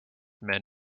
men